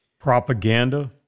Propaganda